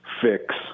fix